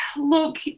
Look